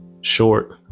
short